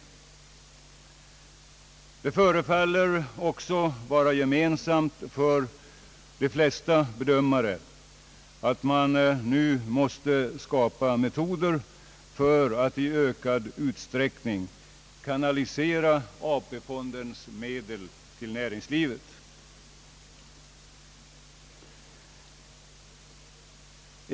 Det förefaller också vara gemensamt för de flesta bedömare, att man nu måste skapa metoder för att i ökad utsträckning kanalisera AP-fondens medel till näringslivet.